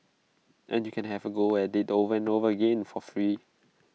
and you can have A go at IT over and over again for free